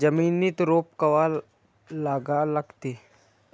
जमिनीत रोप कवा लागा लागते?